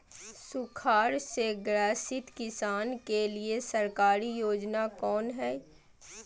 सुखाड़ से ग्रसित किसान के लिए सरकारी योजना कौन हय?